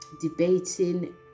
debating